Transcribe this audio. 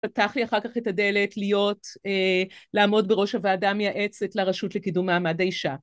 פתח לי אחר כך את הדלת להיות, לעמוד בראש הוועדה מייעצת לרשות לקידום מעמד האישה.